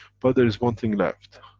but there is one thing left,